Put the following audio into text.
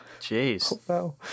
Jeez